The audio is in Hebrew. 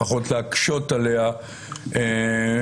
לפחות להקשות עליה מאוד.